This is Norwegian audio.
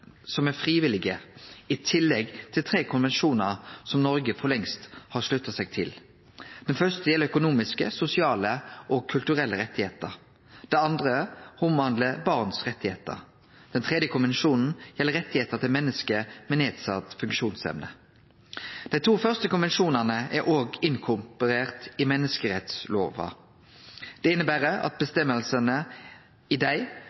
som er frivillige tillegg til tre konvensjonar som Noreg for lengst har slutta seg til? Den første gjeld økonomiske, sosiale og kulturelle rettar. Den andre omhandlar barns rettar. Den tredje konvensjonen gjeld rettane til menneske med nedsett funksjonsevne. Dei to første konvensjonane er også inkorporerte i menneskerettslova. Det inneber at vedtaka i dei